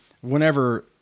whenever